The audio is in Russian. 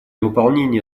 выполнения